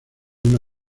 una